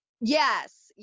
yes